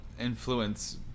influence